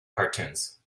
cartoons